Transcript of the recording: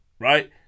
right